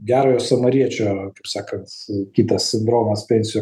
gerojo samariečio kaip sakant kitas sindromas pensijų